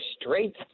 straight